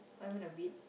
I went to bid